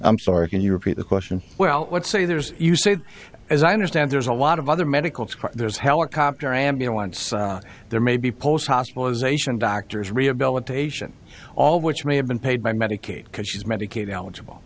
i'm sorry can you repeat the question well let's say there's you say as i understand there's a lot of other medical school there's helicopter ambulance there may be post hospitalization doctor's rehabilitation all of which may have been paid by medicaid because she's medicaid eligible